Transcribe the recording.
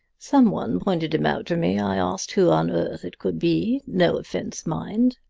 some one pointed him out to me. i asked who on earth it could be. no offense, mind,